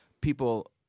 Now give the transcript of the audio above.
people